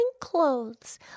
clothes